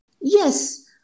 Yes